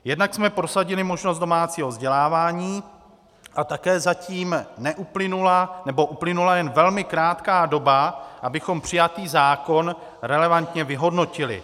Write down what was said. Jednak jsme prosadili možnost domácího vzdělávání a také zatím neuplynula, nebo uplynula jen velmi krátká doba, abychom přijatý zákon relevantně vyhodnotili.